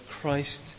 Christ